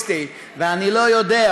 פופוליסטי ולא יותר.